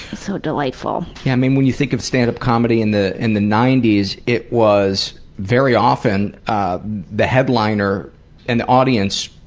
so delightful. yeah, i mean when you think of standup comedy in the, in the ninety s, it was very often ah the headliner and the audience.